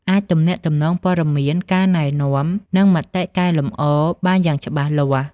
អាចទំនាក់ទំនងព័ត៌មាន ការណែនាំ និងមតិកែលម្អបានយ៉ាងច្បាស់លាស់។